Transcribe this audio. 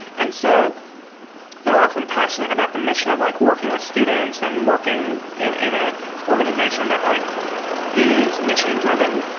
and so they're often passionate about the mission of like working with students and working in in a organization that like is mission-driven.